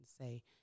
say